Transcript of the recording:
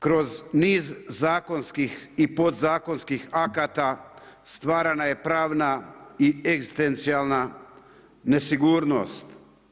Kroz niz zakonskih i podzakonskih akata, stvarana je pravna i egzistencijalna neosiguranost.